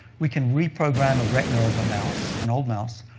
we can reprogram a retina of a mouse, an old mouse,